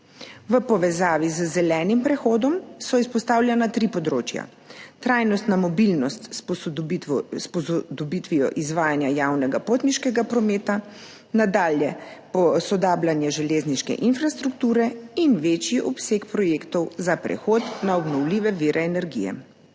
V povezavi z zelenim prehodom so izpostavljena tri področja: trajnostna mobilnost s posodobitvijo izvajanja javnega potniškega prometa, nadalje posodabljanje železniške infrastrukture in večji obseg projektov za prehod na obnovljive vire energije.